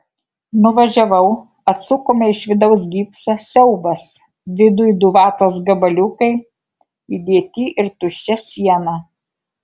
nuvažiavau atsukome iš vidaus gipsą siaubas viduj du vatos gabaliukai įdėti ir tuščia siena